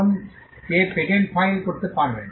এখন কে patent file করতে পারবেন